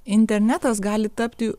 internetas gali tapti